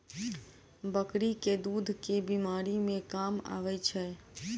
बकरी केँ दुध केँ बीमारी मे काम आबै छै?